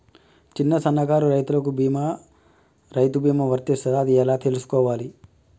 చిన్న సన్నకారు రైతులకు రైతు బీమా వర్తిస్తదా అది ఎలా తెలుసుకోవాలి?